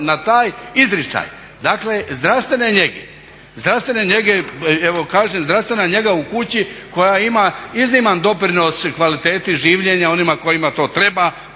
njege. Evo kažem zdravstvena njega u kući koja ima izniman doprinos kvaliteti življenja onima kojima to treba